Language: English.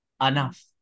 enough